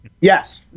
Yes